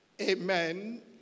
Amen